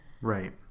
right